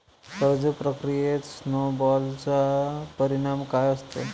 कर्ज प्रक्रियेत स्नो बॉलचा परिणाम काय असतो?